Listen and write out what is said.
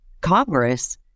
Congress